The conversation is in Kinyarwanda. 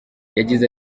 yagize